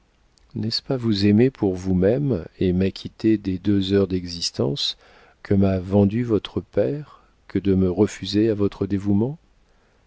n'est-ce pas vous aimer pour vous-même et m'acquitter des deux heures d'existence que m'a vendues votre père que de me refuser à votre dévouement